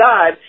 God